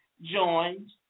joined